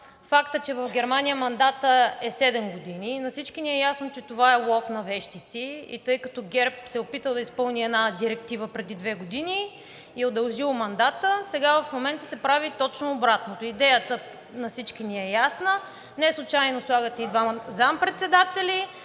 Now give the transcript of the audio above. факта, че в Германия мандатът е седем години. На всички ни е ясно, че това е лов на вещици и тъй като ГЕРБ се опита да изпълни една директива преди две години и е удължил мандата, а в момента се прави точно обратното. Идеята на всички ни е ясна. Неслучайно слагате и двамата заместник-председатели,